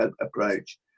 approach